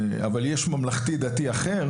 אבל יש ממלכתי-דתי אחר